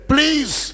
Please